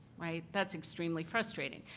right? that's extremely frustrating.